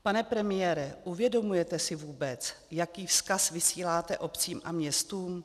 Pane premiére, uvědomujete si vůbec, jaký vzkaz vysíláte obcím a městům?